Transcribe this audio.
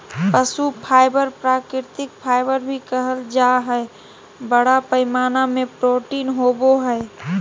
पशु फाइबर प्राकृतिक फाइबर भी कहल जा हइ, बड़ा पैमाना में प्रोटीन होवो हइ